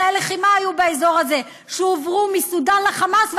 היו באזור הזה באמצעי לחימה שהועברו מסודאן לחמאס,